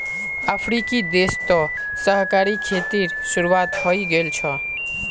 अफ्रीकी देश तो सहकारी खेतीर शुरुआत हइ गेल छ